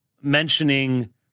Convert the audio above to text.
mentioning